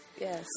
Yes